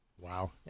Wow